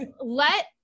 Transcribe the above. let